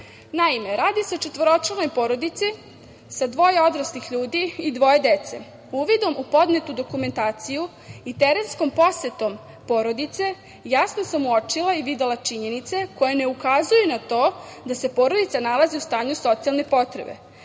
radi se o četvoročlanoj porodici sa dvoje odraslih ljudi i dvoje dece. Uvidom u podnetu dokumentaciju i terenskom posetom porodice, jasnom sam uočila i videla činjenice koje ne ukazuju na to da se porodica nalazi u stanju socijalne potrebe.